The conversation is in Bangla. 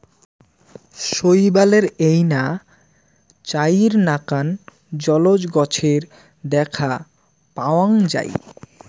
শৈবালের এইনা চাইর নাকান জলজ গছের দ্যাখ্যা পাওয়াং যাই